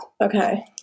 Okay